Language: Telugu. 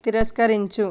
తిరస్కరించు